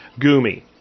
gumi